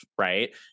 right